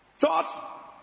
Thoughts